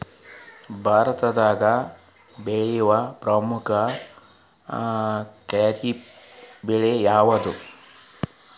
ಭಾರತದಾಗ ಬೆಳೆಯೋ ಪ್ರಮುಖ ಖಾರಿಫ್ ಬೆಳೆ ಯಾವುದ್ರೇ?